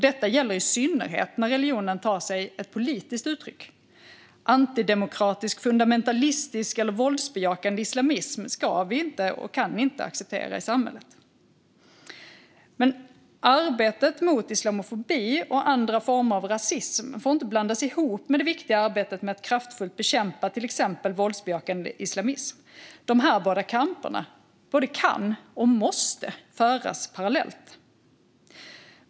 Detta gäller i synnerhet när religionen tar sig ett politiskt uttryck. Antidemokratisk, fundamentalistisk eller våldsbejakande islamism varken ska eller kan vi acceptera i samhället. Men arbetet mot islamofobi och andra former av rasism får inte blandas ihop med det viktiga arbetet med att kraftfullt bekämpa till exempel våldsbejakande islamism. Dessa båda kamper både kan och måste föras parallellt.